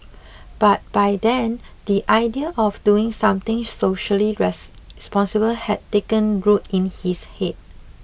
but by then the idea of doing something socially responsible had taken root in his head